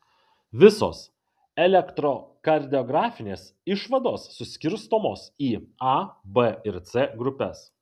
visos elektrokardiografinės išvados suskirstomos į a b ir c grupes